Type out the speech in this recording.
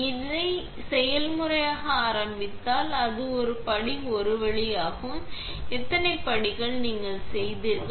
நீங்கள் இந்த செயல்முறையை ஆரம்பித்தால் அது ஒரு படி ஒரு வழியாகும் எத்தனை படிகள் நீங்கள் செய்தீர்கள்